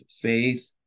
faith